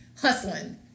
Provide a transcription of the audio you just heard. hustling